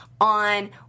on